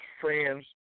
friends